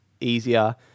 easier